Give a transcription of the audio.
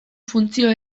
funtzio